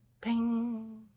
ping